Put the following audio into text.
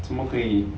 怎么可以